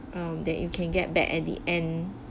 um that you can get back at the end